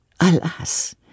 Alas